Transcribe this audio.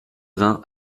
vingts